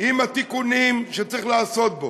עם התיקונים שצריך לעשות בו.